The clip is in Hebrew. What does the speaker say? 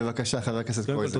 בבקשה, חבר הכנסת קרויזר.